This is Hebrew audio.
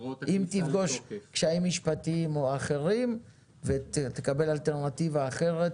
אם תפגוש קשיים משפטיים ואחרים ותקבל אלטרנטיבה אחרת